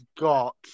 got